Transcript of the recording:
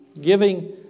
giving